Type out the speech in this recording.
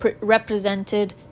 represented